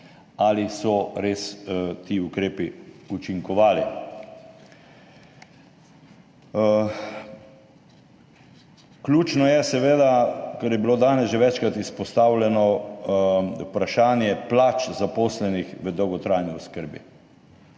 ali so res ti ukrepi učinkovali. Ključno je seveda, kar je bilo danes že večkrat izpostavljeno – vprašanje plač zaposlenih v dolgotrajni oskrbi.